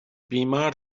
بیمار